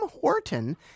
Horton